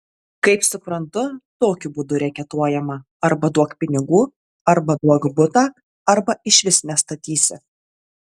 kaip suprantu tokiu būdu reketuojama arba duok pinigų arba duok butą arba išvis nestatysi